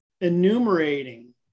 enumerating